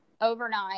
overnight